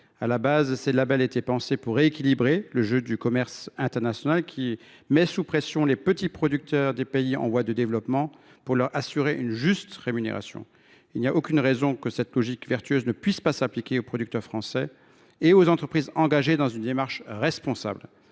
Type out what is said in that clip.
À l’origine, ces labels étaient pensés pour rééquilibrer le jeu du commerce international, qui met sous pression les petits producteurs des pays en voie de développement, afin de leur assurer une juste rémunération. Il n’y a aucune raison que cette logique vertueuse ne puisse s’appliquer aux producteurs français et aux entreprises engagées dans une démarche responsable.